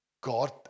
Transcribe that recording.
God